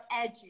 edgy